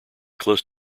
close